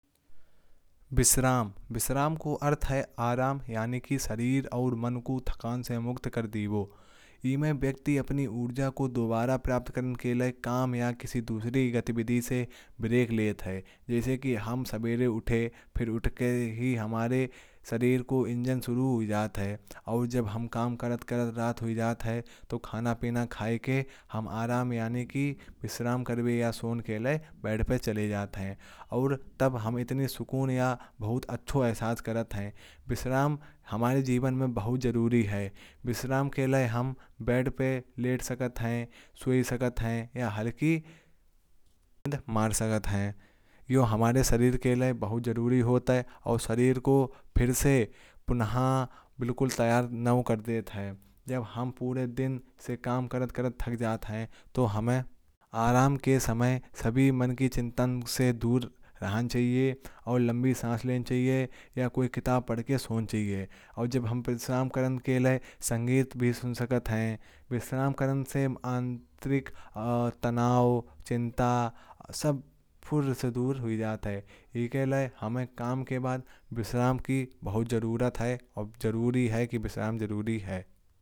विश्राम का अर्थ है आराम यानी कि शरीर और मन को थकान से मुक्त कर देना। इसमें व्यक्ति अपनी ऊर्जा को दोबारा प्राप्त करने के लिए। काम या किसी दूसरी गतिविधि से ब्रेक लेता है। जैसे कि हम सुबह उठे फिर उठने के बाद हमारे शरीर का इंजन शुरू होता है। और जब हम काम करते करते रात हो जाती है। तो खाना पीना खाने के बाद हम आराम। यानी कि विश्राम करने या सोने के लिए बेड पर चले जाते हैं। और तब हम इतने सुकून या बहुत अच्छे एहसास करते हैं। विश्राम हमारे जीवन में बहुत जरूरी है। विश्राम के लिए हम बेड पर लेट सकते हैं। सो सकते हैं या हल्का मजाक कर सकते हैं। जो हमारे शरीर के लिए बहुत जरूरी होता है। और शरीर को फिर से पुनः बिल्कुल तैयार कर देता है। जब हम पूरे दिन से काम करते करते थक जाते हैं। तो हमें आराम के समय सभी मन की चिंता से दूर रहना चाहिए। और लंबी सांस लेनी चाहिए या कोई किताब पढ़कर सोना चाहिए। और जब हम चाहें तो संगीत भी सुन सकते हैं। विश्राम करने से आंतरिक तनाव चिंता सब फिर से दूर हो जाता है। ठीक है हमें काम के बाद विश्राम की बहुत जरूरत है और जरूरी है कि विश्राम जरूरी है।